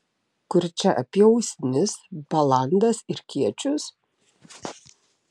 kur čia apie usnis balandas ir kiečius